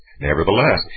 Nevertheless